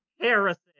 Harrison